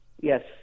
Yes